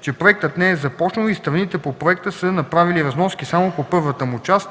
че проектът не е започнал и страните по проекта са направили разноски само по първата му част.